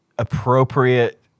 appropriate